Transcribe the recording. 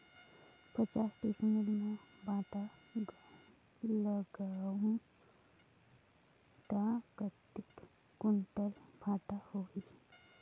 पचास डिसमिल मां भांटा लगाहूं ता कतेक कुंटल भांटा होही?